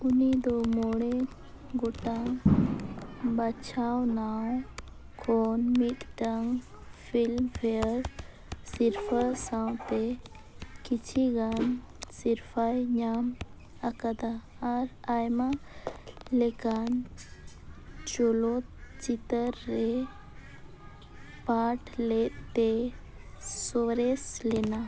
ᱩᱱᱤᱫᱚ ᱢᱚᱬᱮ ᱜᱚᱴᱟᱝ ᱵᱟᱪᱷᱟᱣᱱᱟ ᱠᱷᱚᱱ ᱢᱤᱫᱴᱟᱝ ᱯᱷᱤᱞᱢᱼᱯᱷᱮᱭᱟᱨ ᱥᱤᱨᱯᱟᱹ ᱥᱟᱶᱛᱮ ᱠᱤᱪᱷᱩ ᱜᱟᱱ ᱥᱤᱨᱯᱟᱹᱭ ᱧᱟᱢ ᱟᱠᱟᱫᱟ ᱟᱨ ᱟᱭᱢᱟ ᱞᱮᱠᱟᱱ ᱪᱚᱞᱚᱛ ᱪᱤᱛᱟᱹᱨ ᱨᱮ ᱯᱟᱴ ᱞᱮᱫᱛᱮᱭ ᱥᱚᱨᱮᱥ ᱞᱮᱱᱟᱭ